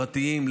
פרטיים,